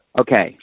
Okay